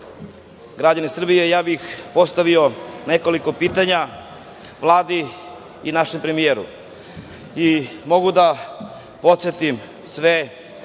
građani Srbije, ja bih postavio nekoliko pitanja Vladi i našem premijeru. Mogu da podsetim sve